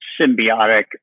symbiotic